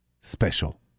special